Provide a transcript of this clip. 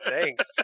Thanks